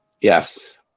Yes